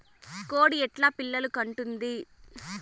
కోడి ఎట్లా పిల్లలు కంటుంది?